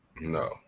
no